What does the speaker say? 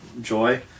joy